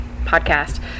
podcast